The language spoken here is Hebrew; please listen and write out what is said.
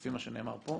ולפי מה שנאמר פה,